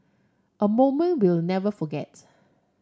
a moment we'll never forget